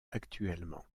actuellement